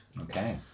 Okay